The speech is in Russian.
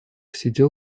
сидел